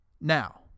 Now